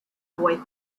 boy